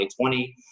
2020